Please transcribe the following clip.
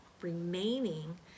remaining